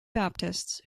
baptists